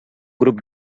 grup